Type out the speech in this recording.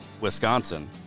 Wisconsin